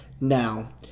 Now